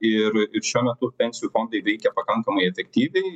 ir ir šiuo metu pensijų fondai veikia pakankamai efektyviai